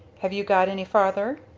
have you got any farther?